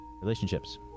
Relationships